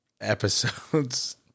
episodes